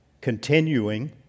continuing